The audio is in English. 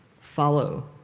Follow